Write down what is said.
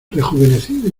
rejuvenecido